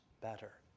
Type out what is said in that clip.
better